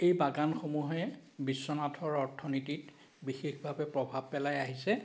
এই বাগানসমূহে বিশ্বনাথৰ অৰ্থনীতিত বিশেষভাৱে প্ৰভাৱ পেলাই আহিছে